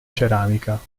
ceramica